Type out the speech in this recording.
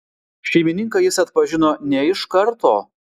šeimininką jis atpažino ne iš karto